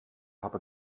habe